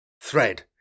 thread